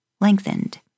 lengthened